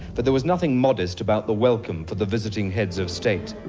but there was nothing modest about the welcome for the visiting heads of state.